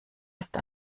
ist